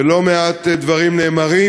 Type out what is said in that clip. ולא מעט דברים נאמרים.